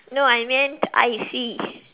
no I meant I_C